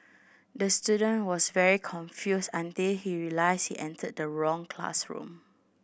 the student was very confused until he realised he entered the wrong classroom